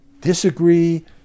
Disagree